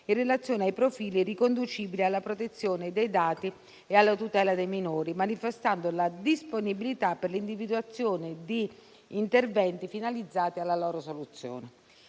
in relazione ai profili riconducibili alla protezione dei dati e alla tutela dei minori, manifestando la disponibilità per l'individuazione di interventi finalizzati alla loro soluzione.